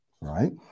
right